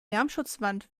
lärmschutzwand